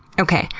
okay.